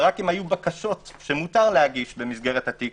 זה רק אם היו בקשות שמותר להגיש במסגרת התיק